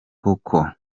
koko